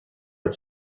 had